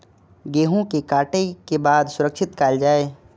गेहूँ के काटे के बाद सुरक्षित कायल जाय?